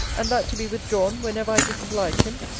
and that to be withdrawn, whenever i disoblige him?